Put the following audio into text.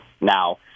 Now